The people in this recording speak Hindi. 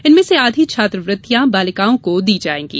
इनमें से आधी छात्रवृत्तियां बालिकाओं को दी जाएंगी